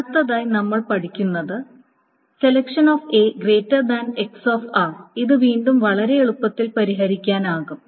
അടുത്തതായി നമ്മൾ പഠിക്കുന്നത് ഇത് വീണ്ടും വളരെ എളുപ്പത്തിൽ പരിഹരിക്കാനാകും